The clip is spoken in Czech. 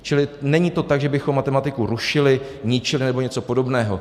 Čili není to tak, že bychom matematiku rušili, ničili nebo něco podobného.